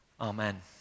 amen